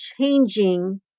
changing